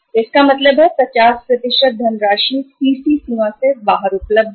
तो इसका मतलब है कि 50 धनराशि सीसी सीमा से बाहर उपलब्ध है